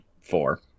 four